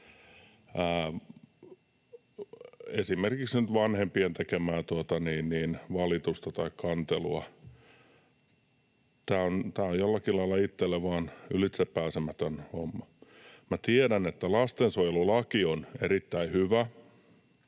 esimerkiksi nyt vanhempien tekemää valitusta tai kantelua. Tämä on jollakin lailla itselleni vain ylitsepääsemätön homma. Minä tiedän, että lastensuojelulaki on erittäin hyvä,